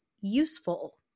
useful